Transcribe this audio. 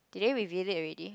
did they reveal it already